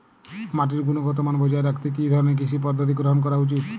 মাটির গুনগতমান বজায় রাখতে কি ধরনের কৃষি পদ্ধতি গ্রহন করা উচিৎ?